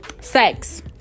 sex